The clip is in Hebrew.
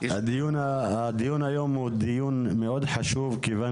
הדיון היום הוא דיון מאוד חשוב כיוון